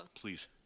Please